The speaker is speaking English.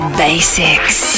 basics